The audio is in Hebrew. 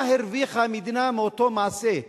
מה הרוויחה המדינה מאותו מעשה?